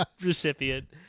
recipient